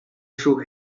shook